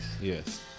Yes